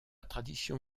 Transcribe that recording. tradition